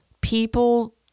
people